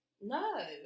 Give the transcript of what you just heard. No